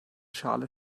schale